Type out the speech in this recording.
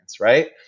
Right